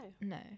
No